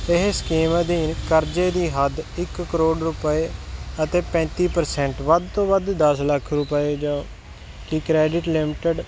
ਇਹ ਸਕੀਮ ਅਧੀਨ ਕਰਜ਼ੇ ਦੀ ਹੱਦ ਇਕ ਕਰੋੜ ਰੁਪਏ ਅਤੇ ਪੈਂਤੀ ਪਰਸੇਂਟ ਵੱਧ ਤੋਂ ਵੱਧ ਦੱਸ ਲੱਖ ਰੁਪਏ ਜਾਂ ਕਿ ਕ੍ਰੈਡਿਟ ਲਿਮਿਟਡ